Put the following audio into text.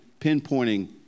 pinpointing